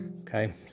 Okay